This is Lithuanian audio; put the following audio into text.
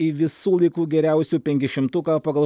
į visų laikų geriausių penkiasdešimtuką pagal